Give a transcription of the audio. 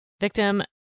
Victim